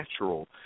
natural